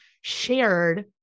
shared